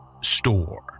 store